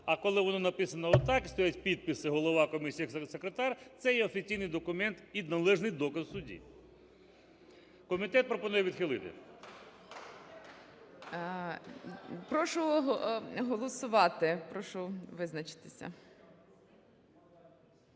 А коли воно написано отак і стоять підписи: голова комісії і секретар, це є офіційний документ і належний доказ в суді. Комітет пропонує відхилити. 11:34:04 ГОЛОВУЮЧИЙ. Прошу голосувати, прошу визначитися.